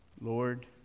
Lord